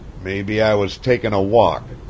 maybe i was takin' a walk,